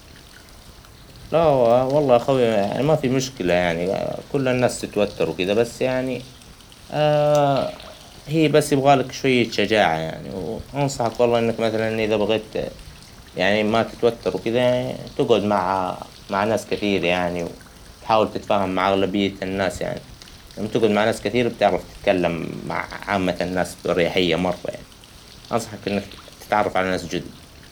والله أخويا مافى مشكلة يعنى ، كل الناس تتوتر وكدة بس يعنى ، هى بس تبغالك شوية شجاعة يعنى ، وأنصحك والله إنك ما ترن إذا بغيت يعنى ما تتوتر وكدا تقعد مع - مع ناس كثير يعنى ، وتحاول تتفاهم مع أغلبية الناس يعنى ، تقعد ما ناس كثير بتعرف تتكلم مع عامة الناس بأريحية مرة يعنى ، أنصحك إنك تتعرف على ناس جدد.